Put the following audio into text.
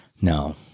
No